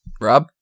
Rob